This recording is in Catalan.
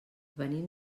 venim